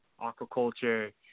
aquaculture